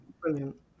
brilliant